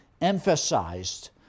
emphasized